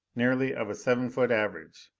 nearly of a seven-foot average,